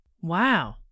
Wow